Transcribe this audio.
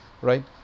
right